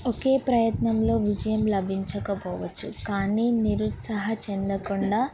ఒకే ప్రయత్నంలో విజయం లభించకపోవచ్చు కానీ నిరుత్సాహ చెందకుండా